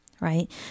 right